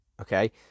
okay